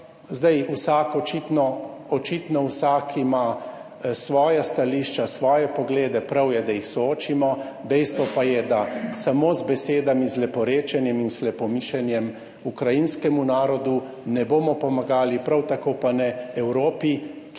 očitno, očitno vsak ima svoja stališča, svoje poglede, prav je, da jih soočimo, dejstvo pa je, da samo z besedami, z leporečenjem in slepomišenjem ukrajinskemu narodu ne bomo pomagali, prav tako pa ne Evropi,